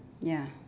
ya